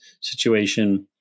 situation